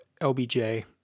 LBJ